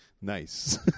Nice